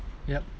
yup